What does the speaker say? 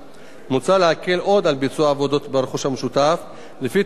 מוצע להקל עוד על ביצוע עבודות ברכוש המשותף לפי תוכנית החיזוק.